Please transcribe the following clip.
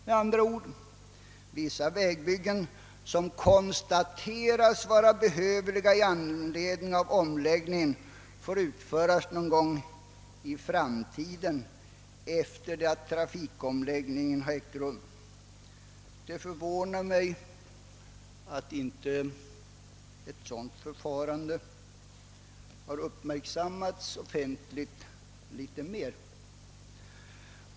Med andra ord får vissa vägbyggen, som konstateras vara behövliga i anledning av omläggningen, utföras någon gång efter det att trafikomläggningen genomförts. Det förvånar mig att inte ett sådant förfarande uppmärksammats offentligt litet mer.